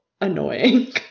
annoying